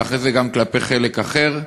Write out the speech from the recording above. ואחרי זה גם כלפי חלק אחר,